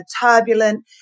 turbulent